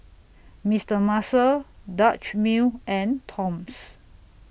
Mister Muscle Dutch Mill and Toms